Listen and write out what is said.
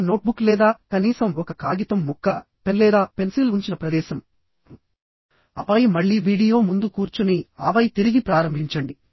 మీరు నోట్బుక్ లేదా కనీసం ఒక కాగితం ముక్క పెన్ లేదా పెన్సిల్ ఉంచిన ప్రదేశం ఆపై మళ్లీ వీడియో ముందు కూర్చుని ఆపై తిరిగి ప్రారంభించండి